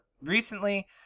recently